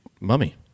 mummy